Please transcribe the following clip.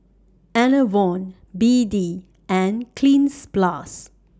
Enervon B D and Cleanz Plus